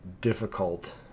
difficult